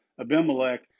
Abimelech